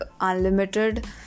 unlimited